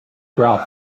grout